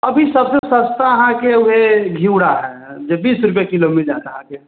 अभी सभसँ सस्ता अहाँके ओहे घिवरा हैत जे बीस रुपैए किलो मिल जाएत अहाँके